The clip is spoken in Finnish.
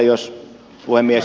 arvoisa puhemies